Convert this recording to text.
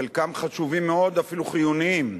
חלקם חשובים מאוד ואפילו חיוניים,